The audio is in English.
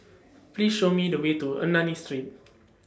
Please Show Me The Way to Ernani Street